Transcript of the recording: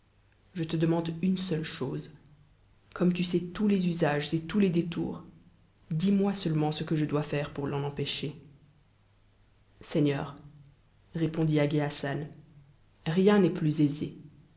je te demande une seule chose comme tu sais tous les usages et tous les détours dis'moi seulement ce que je dois faire pour l'en empêcher seigneur répondit hagi hassan rien n'estplus aisé